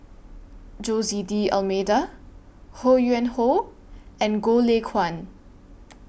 Jose D'almeida Ho Yuen Hoe and Goh Lay Kuan